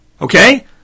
Okay